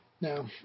Now